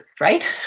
right